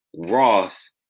Ross